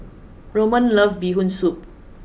Ramon loves bee hoon soup